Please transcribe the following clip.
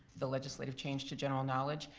the legislative change to general knowledge.